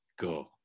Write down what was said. go